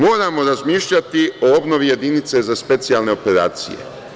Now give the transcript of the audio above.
Moramo razmišljati o obnovi Jedinice za specijalne operacije.